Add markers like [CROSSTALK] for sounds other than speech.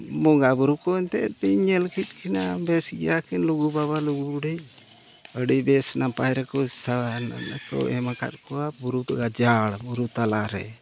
ᱵᱚᱸᱜᱟᱼᱵᱩᱨᱩ ᱠᱚ ᱮᱱᱛᱮᱫ ᱤᱧ ᱧᱮᱞ ᱠᱮᱫ ᱠᱤᱱᱟ ᱵᱮᱥ ᱜᱮᱭᱟᱠᱤᱱ ᱞᱩᱜᱩ ᱵᱟᱵᱟᱼᱞᱩᱜᱩ ᱵᱩᱰᱷᱤ ᱟᱹᱰᱤᱵᱮᱥ ᱱᱟᱯᱟᱭ ᱨᱮᱠᱚ [UNINTELLIGIBLE] ᱠᱚ ᱮᱢ ᱟᱠᱟᱫ ᱠᱚᱣᱟ ᱵᱩᱨᱩ ᱜᱟᱡᱟᱲ ᱵᱩᱨᱩ ᱛᱟᱞᱟᱨᱮ